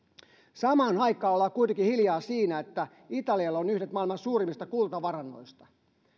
samaan aikaan ollaan kuitenkin hiljaa siitä että italialla on yhdet maailman suurimmista kultavarannoista